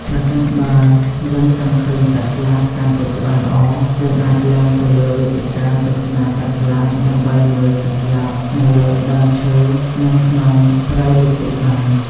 ប្រសិនបើយើងចង់ឃើញសត្វស្លាបកាន់តែច្បាស់ល្អយើងអាចឡើងទៅលើវេទិកាទស្សនាសត្វស្លាបដើម្បីមើលសត្វស្លាបនៅលើដើមឈើ និងក្នុងព្រៃលិចទឹកបាន។